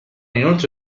inoltre